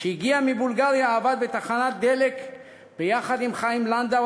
כשהגיע מבולגריה עבד בתחנת דלק יחד עם חיים לנדאו,